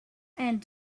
and